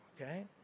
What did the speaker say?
okay